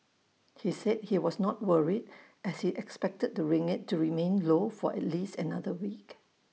he said he was not worried as he expected the ringgit to remain low for at least another week